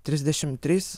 trisdešimt trys